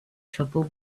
trouble